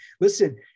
listen